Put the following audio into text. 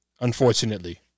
unfortunately